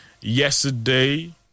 yesterday